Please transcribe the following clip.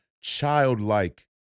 childlike